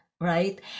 right